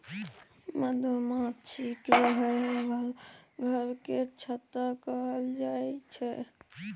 मधुमाछीक रहय बला घर केँ छत्ता कहल जाई छै